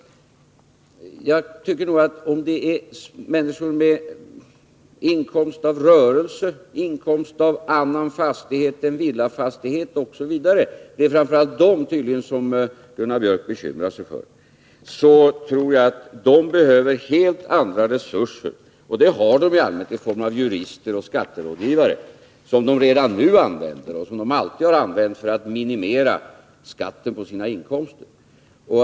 Människor med inkomst av rörelse, inkomst av annan fastighet än villafastighet osv. — det är tydligen framför allt dem som Gunnar Biörck bekymrar sig för — behöver helt andra resurser. Och det har de i allmänhet i form av jurister och skatterådgivare, som de redan nu använder och som de alltid har använt för att minimera skatten på sina inkomster.